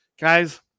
Guys